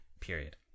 period